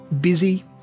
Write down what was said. Busy